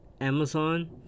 Amazon